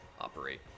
operate